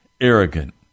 arrogant